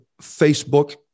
Facebook